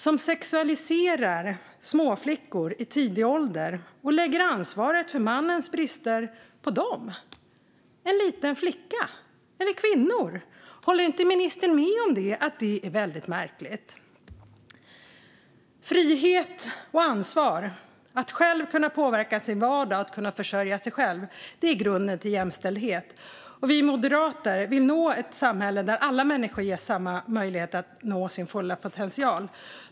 Det sexualiserar flickor i tidig ålder och lägger ansvaret för mannens brister på dem, små flickor eller kvinnor. Håller inte ministern med om att det är väldigt märkligt? Frihet och ansvar att själv kunna påverka sin vardag och kunna försörja sig själv är grunden till jämställdhet. Vi moderater vill nå ett samhälle där alla människor ges samma möjlighet att nå sin fulla potential.